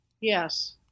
Yes